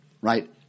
right